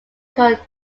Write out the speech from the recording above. called